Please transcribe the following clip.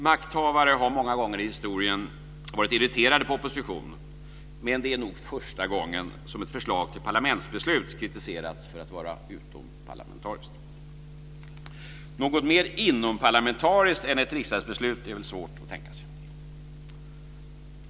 Makthavare har många gånger i historien varit irriterade på oppositionen, men det är nog första gången som ett förslag till parlamentsbeslut kritiserats för att vara utomparlamentariskt. Något mer inomparlamentariskt än ett riksdagsbeslut är väl svårt att tänka sig.